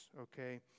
okay